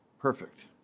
perfect